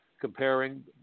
comparing